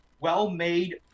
well-made